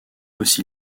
aussi